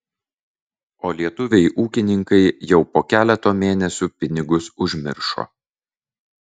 o lietuviai ūkininkai jau po keleto mėnesių pinigus užmiršo